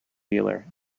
dealer